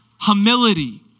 Humility